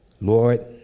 Lord